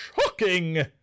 Shocking